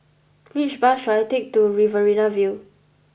which bus should I take to Riverina View